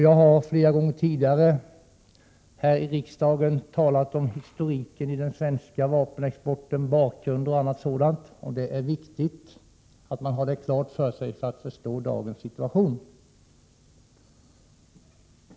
Jag har flera gånger tidigare här i riksdagen talat om historiken över den svenska vapenexporten. Det är viktigt att ha bakgrunden klar för sig för att förstå dagens situation.